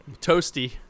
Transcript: toasty